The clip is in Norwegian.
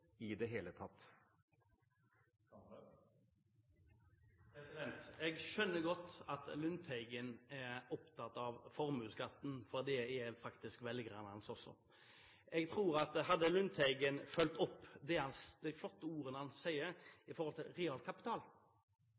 i det hele tatt? Jeg skjønner godt at Lundteigen er opptatt av formuesskatten, for det er faktisk velgerne hans også. Jeg tror at hadde Lundteigen fulgt opp de flotte ordene han sier om realkapital,